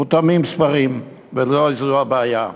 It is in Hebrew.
מותאמים ספרים, ולא זו הבעיה.